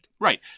Right